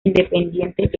independientes